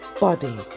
body